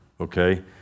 Okay